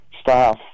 staff